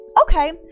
okay